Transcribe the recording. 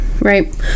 right